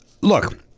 Look